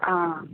ആ ആ